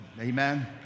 Amen